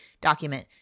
document